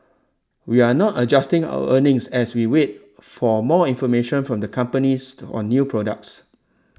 we are not adjusting our earnings as we await for more information from the companies on new products